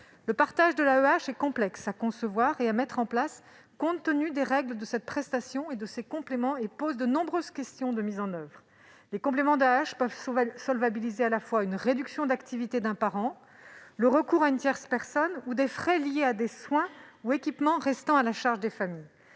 Le partage de l'AEEH est complexe à concevoir et à mettre en place, compte tenu des règles de cette prestation et de ses compléments ; il pose de nombreuses questions de mise en oeuvre. Les compléments de l'AEEH peuvent solvabiliser à la fois une réduction d'activité d'un parent, le recours à une tierce personne ou des frais liés à des soins ou équipements restant à la charge des familles.